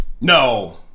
No